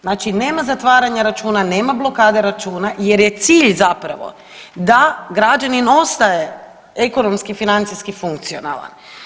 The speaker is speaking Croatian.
Znači nema zatvaranja računa, nema blokade računa jer je cilj zapravo da građanin ostaje ekonomski, financijski funkcionalan.